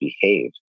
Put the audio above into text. behave